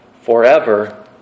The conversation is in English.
forever